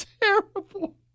terrible